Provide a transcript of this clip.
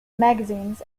magazines